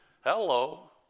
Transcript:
Hello